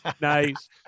Nice